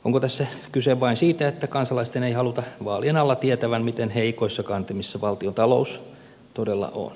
onko tässä kyse vain siitä että kansalaisten ei haluta vaalien alla tietävän miten heikoissa kantimissa valtiontalous todella on